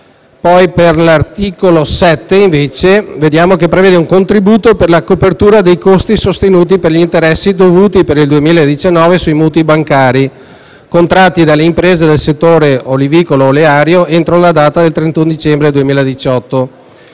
SIAN. L'articolo 7 prevede un contributo per la copertura dei costi sostenuti per gli interessi dovuti per il 2019 sui mutui bancari contratti dalle imprese del settore olivicolo-oleario entro la data del 31 dicembre 2018.